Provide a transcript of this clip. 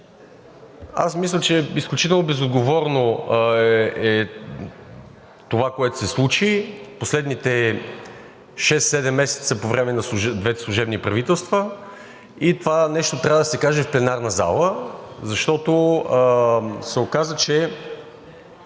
Аз мисля, че изключително безотговорно е това, което се случи в последните 6 – 7 месеца по време на двете служебни правителства, и това нещо трябва да се каже в пленарната зала, защото се оказа, че